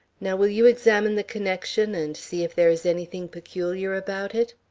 now will you examine the connection, and see if there is anything peculiar about it?